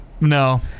No